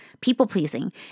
people-pleasing